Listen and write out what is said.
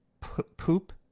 poop